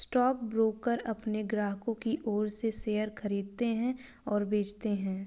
stockbroker अपने ग्राहकों की ओर से शेयर खरीदते हैं और बेचते हैं